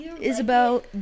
Isabel